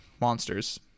monsters